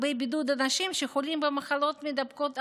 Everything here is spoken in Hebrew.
בידוד אנשים שחולים במחלות מדבקות אחרות,